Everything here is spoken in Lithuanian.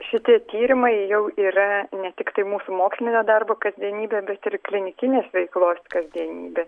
šitie tyrimai jau yra ne tiktai mūsų mokslinio darbo kasdienybė bet ir klinikinės veiklos kasdienybė